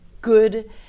good